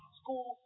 school